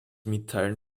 mitteilen